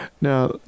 Now